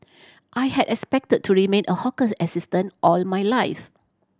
I had expected to remain a hawker assistant all my life